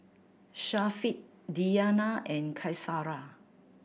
Syafiq Diyana and Qaisara